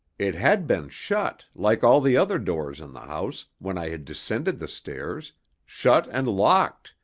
it had been shut, like all the other doors in the house, when i had descended the stairs shut and locked,